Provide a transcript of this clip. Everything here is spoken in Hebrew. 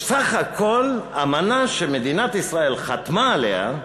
סך הכול אמנה שמדינת ישראל חתמה עליה,